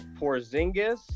Porzingis